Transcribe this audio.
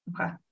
Okay